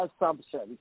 assumptions